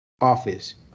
office